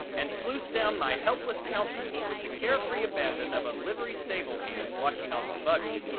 and sluiced down my helpless countenance with the carefree abandon of a livery-stable hand washing off a buggy,